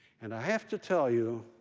and i have to tell you,